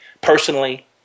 personally